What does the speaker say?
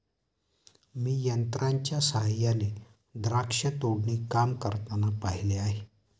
मी यंत्रांच्या सहाय्याने द्राक्ष तोडणी काम करताना पाहिले आहे